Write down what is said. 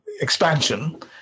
expansion